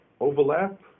overlap